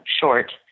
short